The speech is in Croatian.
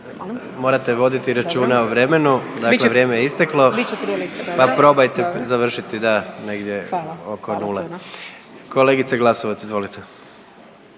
Morate voditi računa o vremenu, dakle vrijeme je isteklo pa probajte završiti, da, negdje oko nule. Kolegice Glasovac, izvolite.